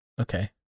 Okay